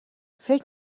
فکر